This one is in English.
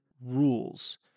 rules